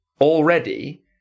already